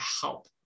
help